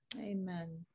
Amen